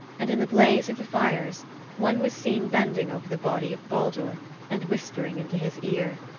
and in the blaze of the fires one was seen bending over the body of baldur and whispering into his ear.